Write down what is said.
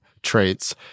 Traits